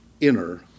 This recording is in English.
inner